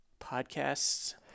podcasts